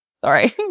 sorry